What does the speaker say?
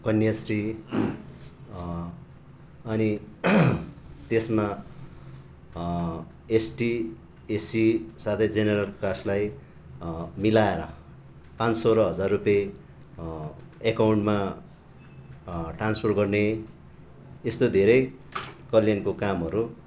कन्याश्री अनि त्यसमा ST SC साथै जेनेरल कास्टलाई मिलाएर पाँच सौ र हजार रुपियाँ एकाउन्टमा ट्रान्सफर गर्ने यस्तो धरै कल्याणको कामहरू